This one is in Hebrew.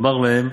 "אמר להם: